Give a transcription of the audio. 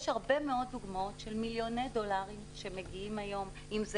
יש הרבה מאוד דוגמאות של מיליוני דולרים שמגיעים היום אם זה